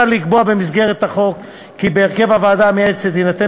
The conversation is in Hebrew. מוצע לקבוע בחוק כי בהרכב הוועדה המייעצת יינתן